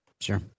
Sure